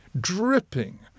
dripping